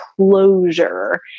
closure